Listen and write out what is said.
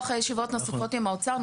אחרי ישיבות נוספות עם האוצר,